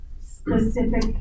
specific